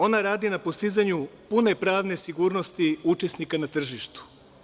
Ona radi na postizanju pune pravne sigurnosti učesnika na tržištu.